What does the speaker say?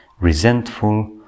resentful